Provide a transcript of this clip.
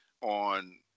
On